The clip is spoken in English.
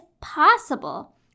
possible